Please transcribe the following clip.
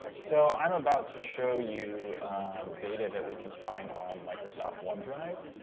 so, i'm about to show you data that we can find on microsoft onedrive.